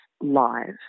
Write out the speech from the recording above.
live